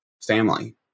family